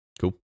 Cool